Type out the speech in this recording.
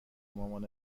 مامان